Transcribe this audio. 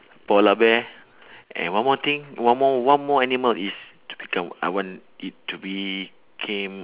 polar bear and one more thing one more one more animal is to become I want it to became